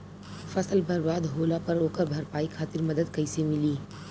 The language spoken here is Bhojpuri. फसल बर्बाद होला पर ओकर भरपाई खातिर मदद कइसे मिली?